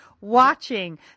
watching